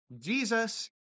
Jesus